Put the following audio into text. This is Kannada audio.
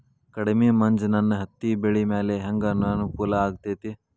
ಕಡಮಿ ಮಂಜ್ ನನ್ ಹತ್ತಿಬೆಳಿ ಮ್ಯಾಲೆ ಹೆಂಗ್ ಅನಾನುಕೂಲ ಆಗ್ತೆತಿ?